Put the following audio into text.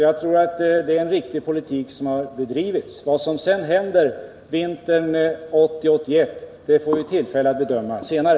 Jagtror att det är en riktig politik som har bedrivits. Vad som sedan händer under vintern 1980/81 får vi tillfälle att bedöma senare.